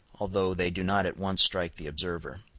although they do not at once strike the observer.